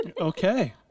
Okay